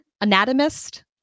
anatomist